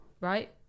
Right